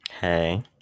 Hey